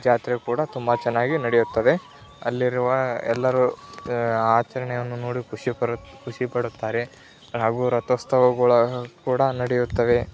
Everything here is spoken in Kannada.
ಜಾತ್ರೆ ಕೂಡ ತುಂಬ ಚೆನ್ನಾಗಿ ನಡೆಯುತ್ತದೆ ಅಲ್ಲಿರುವ ಎಲ್ಲರೂ ಆಚರಣೆಯನ್ನು ನೋಡಿ ಖುಷಿಪಡು ಖುಷಿಪಡುತ್ತಾರೆ ಹಾಗೂ ರಥೋತ್ಸವಗಳು ಕೂಡ ನಡೆಯುತ್ತವೆ